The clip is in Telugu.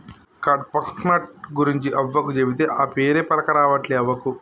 కడ్పాహ్నట్ గురించి అవ్వకు చెబితే, ఆ పేరే పల్కరావట్లే అవ్వకు